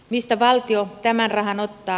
mistä valtio tämän rahan ottaa